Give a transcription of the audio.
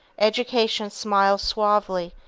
education smiles suavely,